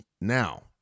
Now